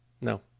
No